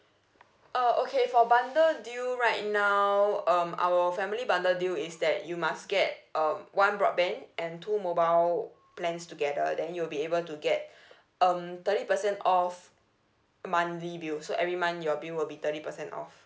uh okay for bundle deal right now um our family bundle deal is that you must get um one broadband and two mobile plans together then you'll be able to get um thirty percent off monthly bills so every month your bill will be thirty percent off